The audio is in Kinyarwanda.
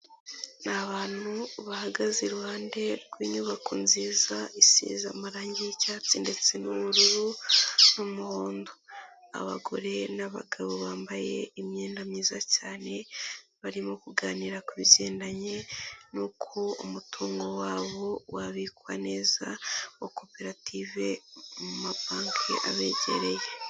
Ni abantu bahagaze iruhande rw'inyubako nziza isize amarangi y'icyatsi ndetse n'ubururu n'umuhondo, abagore n'abagabo bambaye imyenda myiza cyane barimo kuganira ku bigendanye n'uko umutungo wabo wabikwa neza wa koperative mu mabanki abegereye.